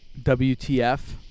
WTF